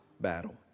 battle